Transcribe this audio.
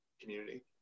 community